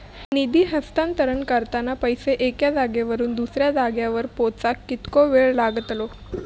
निधी हस्तांतरण करताना पैसे एक्या जाग्यावरून दुसऱ्या जाग्यार पोचाक कितको वेळ लागतलो?